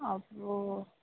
अब